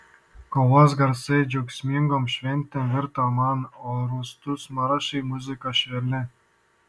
kovos garsai džiaugsmingom šventėm virto man o rūstūs maršai muzika švelnia